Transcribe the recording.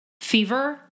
fever